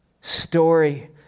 story